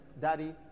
daddy